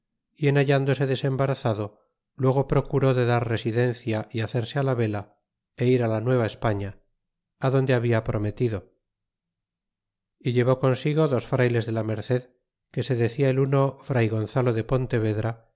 y en hallándose desembarazado luego procuró de dar residencia y hacerse la vela é ir la nueva españa adonde habia prometido ó llevó consigo dos frayles de la merced que se decia el uno fray gonzalo de pontevedra